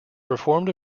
performed